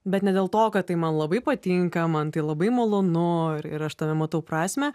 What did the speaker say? bet ne dėl to kad tai man labai patinka man tai labai malonu ir ir aš tame matau prasmę